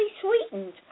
sweetened